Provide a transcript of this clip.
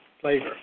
flavor